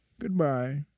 goodbye